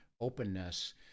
openness